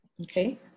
Okay